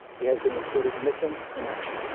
he has been reported missing in action.